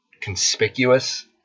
conspicuous